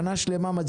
שנה שלמה אופוזיציה,